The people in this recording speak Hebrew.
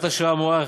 בסעיף 9(2)(א1)